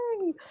Yay